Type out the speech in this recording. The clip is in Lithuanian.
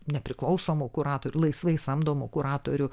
nepriklausomų kuratorių laisvai samdomų kuratorių